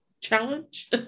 challenge